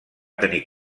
tenir